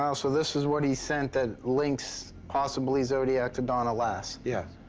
um so this is what he sent that links possibly zodiac to donna lass. yes.